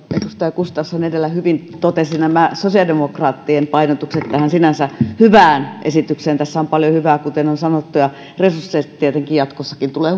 edustaja gustafsson edellä hyvin totesi nämä sosiaalidemokraattien painotukset tähän sinänsä hyvään esitykseen tässä on paljon hyvää kuten on sanottu ja resursseista tulee